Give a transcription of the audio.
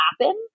happen